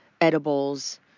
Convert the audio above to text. edibles